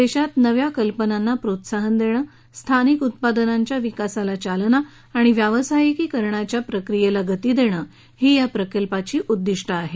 देशात नव्या कल्पनांना प्रोत्साहन देणं स्थनिक उत्पादनांच्या विकासाला चालना आणि व्यावसायिकरणाच्या प्रक्रियेला गती देणं ही या प्रकल्पाची उद्दिष्ट्यं आहेत